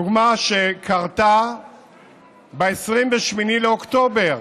דוגמה שקרתה ב-28 באוקטובר,